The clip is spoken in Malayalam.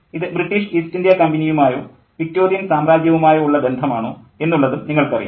ഇത് ബ്രിട്ടീഷ് ഈസ്റ്റ് ഇന്ത്യാ കമ്പനിയുമായോ വിക്ടോറിയൻ സാമ്രാജ്യവുമായോ ഉള്ള ബന്ധമാണോ എന്നുള്ളതും നിങ്ങൾക്ക് അറിയാം